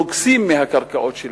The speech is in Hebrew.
נוגסים בקרקעות שלהם.